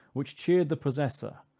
which cheered the possessor,